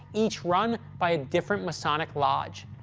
each run by a different masonic lodge.